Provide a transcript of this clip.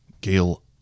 Gail